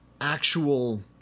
actual